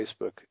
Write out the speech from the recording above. Facebook